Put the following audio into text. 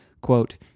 quote